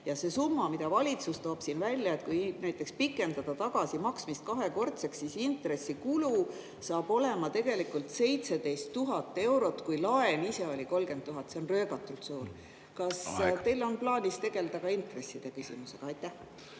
See summa, mille valitsus siin välja toob, et kui näiteks pikendada tagasimaksmise [aega] kahekordseks, siis intressikulu saab olema tegelikult 17 000 eurot, kui laen ise oli 30 000. See on röögatult suur. Kas teil on plaanis tegelda ka intresside küsimusega? Aitäh!